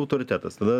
autoritetas tada